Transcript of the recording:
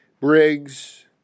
Briggs